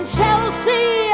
Chelsea